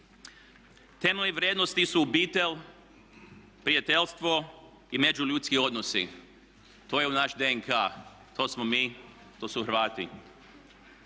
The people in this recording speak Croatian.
Temeljne vrijednosti su obitelj, prijateljstvo i međuljudski odnosi. To je u naš DNK, to smo mi, to su Hrvati.